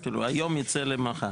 היום ייצא למחר?